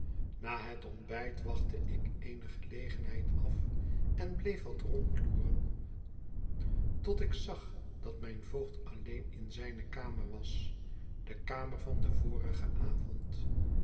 na het ontbijt wachtte ik eene gelegenheid af en bleef wat rondloeren tot ik zag dat mijn voogd alleen in zijne kamer was de kamer van den vorigen avond